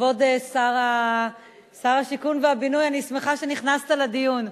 כבוד שר השיכון והבינוי, אני שמחה שנכנסת לדיון.